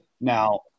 now